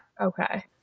Okay